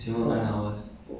per hour ah